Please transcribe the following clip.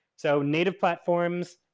so native platforms,